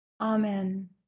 Amen